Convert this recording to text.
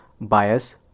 bias